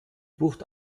bucht